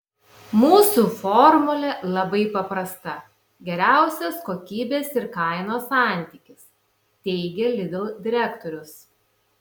mūsų formulė labai paprasta geriausias kokybės ir kainos santykis teigė lidl direktorius